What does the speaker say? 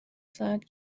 ساعت